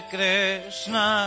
Krishna